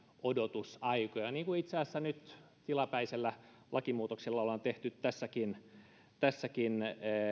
odotusaikoja niin kuin itse asiassa nyt tilapäisellä lakimuutoksella on tehty tässäkin tässäkin